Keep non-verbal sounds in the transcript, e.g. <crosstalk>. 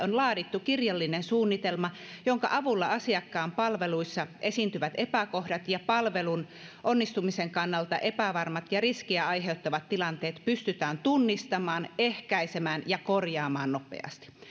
<unintelligible> on laadittu kirjallinen suunnitelma jonka avulla asiakkaan palveluissa esiintyvät epäkohdat ja palvelun onnistumisen kannalta epävarmat ja riskiä aiheuttavat tilanteet pystytään tunnistamaan ehkäisemään ja korjaamaan nopeasti